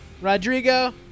Rodrigo